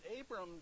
Abram